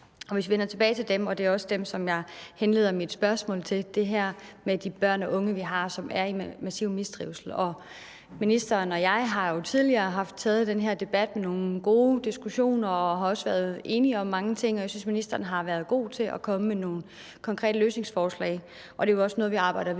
Og lad os vende tilbage til dem – og det er også dem, som mit spørgsmål drejer sig om – altså de børn og unge, vi har, som er i massiv mistrivsel. Ministeren og jeg har jo tidligere haft taget den her debat med nogle gode diskussioner, og vi har også været enige om mange ting. Jeg synes, ministeren har været god til at komme med nogle konkrete løsningsforslag, og det er også noget, vi arbejder videre